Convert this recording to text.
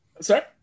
Sorry